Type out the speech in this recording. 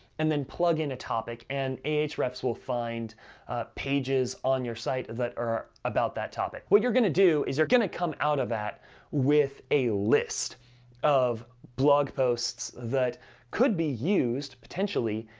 and then plug in a topic, and ahrefs will find pages on your site that are about that topic. what you're gonna do is you're gonna come out of that with a list of blog posts that could be used, potentially,